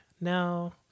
no